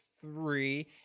three